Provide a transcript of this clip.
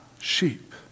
sheep